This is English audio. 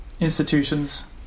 institutions